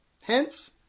Hence